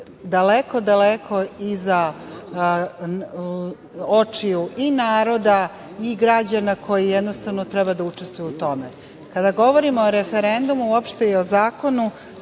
daleko iza očiju i naroda i građana koji jednostavno treba da učestvuju u tome. Kada govorimo o referendumu i uopšte o zakonu,